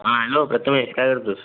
हां हॅलो प्रथमेश काय करतो आहेस